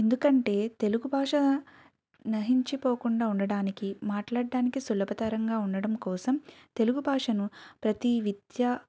ఎందుకంటే తెలుగు భాష నసించిపోకుండా ఉండడానికి మాట్లడడానికి సులభతరంగా ఉండడం కోసం తెలుగు భాషను ప్రతీ విద్యా